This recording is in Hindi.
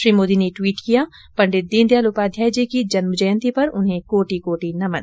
श्री मोदी ने द्वीट किया पंडित दीनदयाल उपाध्याय जी की जन्म जयंती पर उन्हें कोटि कोटि नमन